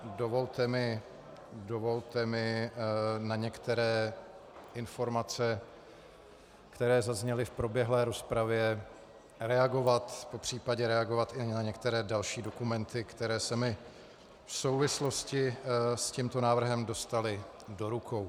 Dovolte mi na některé informace, které zazněly v proběhlé rozpravě, reagovat, popřípadě reagovat i na některé další dokumenty, které se mi v souvislosti s tímto návrhem dostaly do rukou.